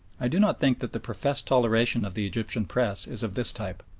i do not think that the professed toleration of the egyptian press is of this type,